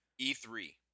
E3